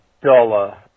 dollar